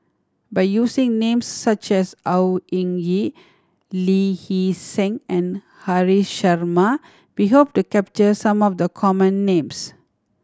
by using names such as Au Hing Yee Lee Hee Seng and Haresh Sharma we hope to capture some of the common names